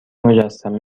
مجسمه